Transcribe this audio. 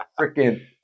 freaking